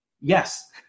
Yes